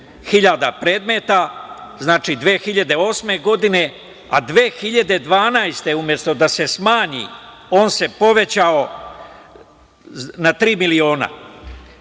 780.000 predmeta. Znači, 2008. godine, a 2012. godine, umesto da se smanji, on se povećao na tri miliona.